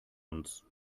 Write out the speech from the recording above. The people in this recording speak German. uns